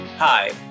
Hi